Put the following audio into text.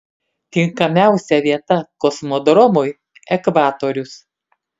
tinkamiausia vieta kosmodromui ekvatorius